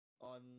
on